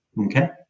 Okay